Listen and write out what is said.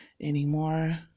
anymore